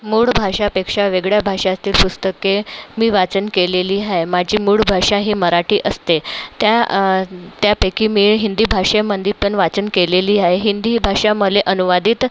मूळ भाषापेक्षा वेगळ्या भाषाचे पुस्तके मी वाचन केलेली हाय माझी मूळ भाषा ही मराठी असते त्या त्यापैकी मी हिंदी भाषेमंदीपण वाचन केलेली आहे हिंदी भाषा मला अनुवादित